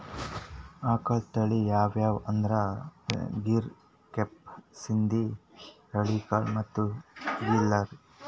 ಆಕಳ್ ತಳಿ ಯಾವ್ಯಾವ್ ಅಂದ್ರ ಗೀರ್, ಕೆಂಪ್ ಸಿಂಧಿ, ಹಳ್ಳಿಕಾರ್ ಮತ್ತ್ ಖಿಲ್ಲಾರಿ